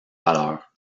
valeur